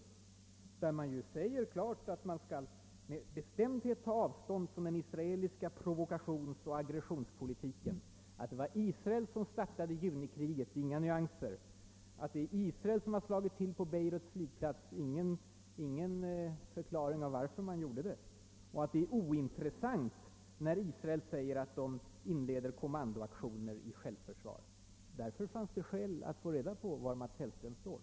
I distriktets motion säges klart att man »med bestämdhet tar avstånd från den israeliska provokationsoch aggressionspolitiken«, att det var Israel som startade junikriget , att det var Israel som slog till på Beiruts flygplats och att det är »ointressant när Israel säger att de inleder en så kallad kommandoaktion i självförsvar. Det fanns därför skäl i att ta reda på var Mats Hellström står.